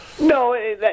No